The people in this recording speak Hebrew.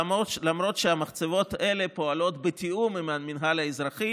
למרות שהמחצבות האלה פועלות בתיאום עם המינהל האזרחי